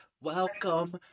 Welcome